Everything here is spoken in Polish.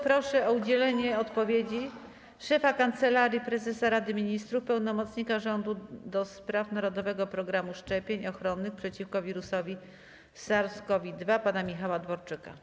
Proszę o udzielenie odpowiedzi szefa Kancelarii Prezesa Rady Ministrów, pełnomocnika rządu do spraw narodowego programu szczepień ochronnych przeciwko wirusowi SARS-CoV-2 pana Michała Dworczyka.